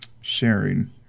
sharing